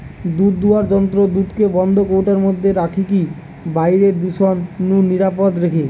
দুধদুয়ার যন্ত্র দুধকে বন্ধ কৌটার মধ্যে রখিকি বাইরের দূষণ নু নিরাপদ রখে